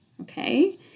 okay